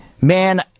man